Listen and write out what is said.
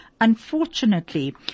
unfortunately